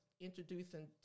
introducing